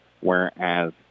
whereas